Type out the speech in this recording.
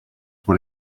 what